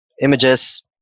images